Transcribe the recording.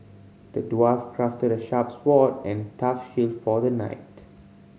the dwarf crafted the sharp sword and tough shield for the knight